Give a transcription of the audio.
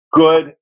good